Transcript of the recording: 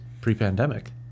pre-pandemic